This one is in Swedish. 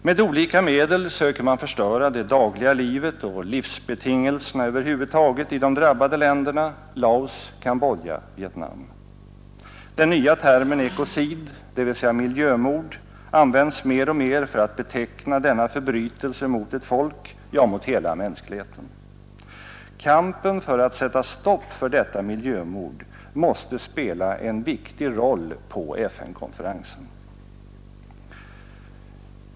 Med olika medel söker man förstöra det dagliga livet och livsbetingelserna över huvud taget i de drabbade länderna — Laos, Kambodja, Vietnam. Den nya termen ekocid, dvs. miljömord, används mer och mer för att beteckna denna förbrytelse mot ett folk, ja mot hela mänskligheten. Kampen för att sätta stopp för detta miljömord måste spela en viktig roll på FN-konferensen.